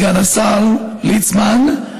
סגן השר ליצמן,